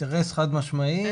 אינטרס חד משמעי.